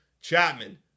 Chapman